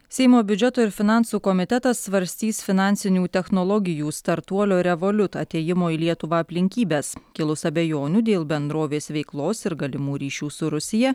seimo biudžeto ir finansų komitetas svarstys finansinių technologijų startuolio revoliut atėjimo į lietuvą aplinkybes kilus abejonių dėl bendrovės veiklos ir galimų ryšių su rusija